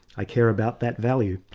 i care about that value.